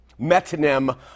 metonym